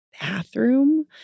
bathroom